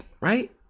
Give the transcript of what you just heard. right